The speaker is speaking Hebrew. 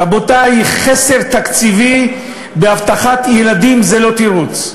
רבותי, חסר תקציבי, באבטחת ילדים, זה לא תירוץ.